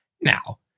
Now